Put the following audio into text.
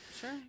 Sure